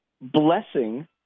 blessing